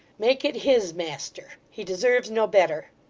make it his master he deserves no better.